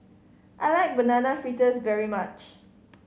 I like Banana Fritters very much